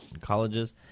colleges